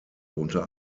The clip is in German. unter